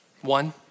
One